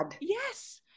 Yes